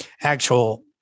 actual